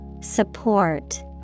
Support